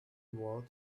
world